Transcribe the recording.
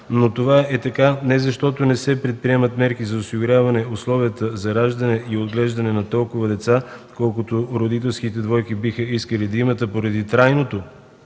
Това е така не защото не се предприемат мерки за осигуряване на условия за раждане и отглеждане на толкова деца, колкото родителските двойки биха искали да имат, а поради трайното